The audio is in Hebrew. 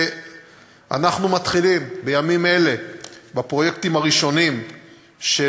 אנחנו מתחילים בימים אלה בפרויקטים הראשונים של